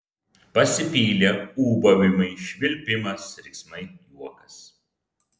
pasipylė ūbavimai švilpimas riksmai juokas